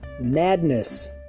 madness